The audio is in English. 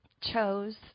chose